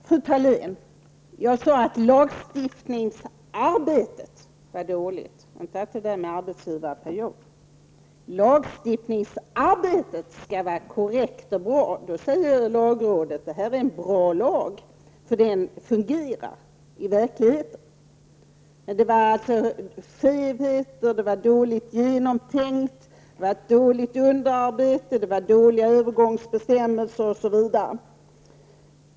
Herr talman! Jag sade, fru Thalén, att lagstiftningsarbetet var dåligt, inte detta med arbetsgivarperiod. Lagstiftningsarbetet skall vara korrekt och bra. Då säger lagrådet: Det här är en bra lag, för den fungerar i verkligheten. Men det fanns alltså skevheter, det var dåligt genomtänkt, det var dåligt underarbete, det var dåliga övergångsbestämmelser osv.